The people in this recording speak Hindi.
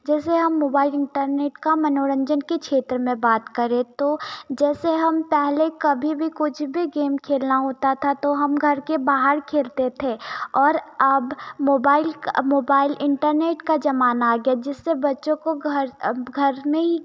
जैसे हम मोबाईल इंटरनेट का मनोरंजन के क्षेत्र में बात करें तो जैसे हम पहले कभी भी कुछ भी गेम खेलना होता था तो हम घर के बाहर खेलते थे और अब मोबाईल का मोबाईल इंटरनेट का ज़माना आ गया जिससे बच्चों को घर अब घर में ही